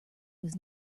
was